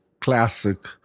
classic